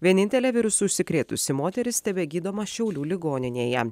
vienintelė virusu užsikrėtusi moteris tebegydoma šiaulių ligoninėje